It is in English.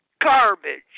Garbage